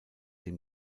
dem